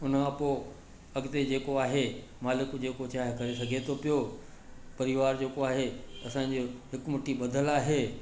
उन खां पोइ अॻिते जेको आहे मालिक जेको चाहे करे सघे थो पियो परिवार जेको आहे असांजो हिकु मुट्ठी ॿधल आहे